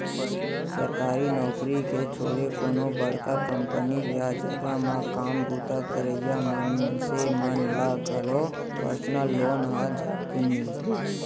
सरकारी नउकरी के छोरे कोनो बड़का कंपनी या जघा म काम बूता करइया मनसे मन ल घलौ परसनल लोन ह झटकुन मिलथे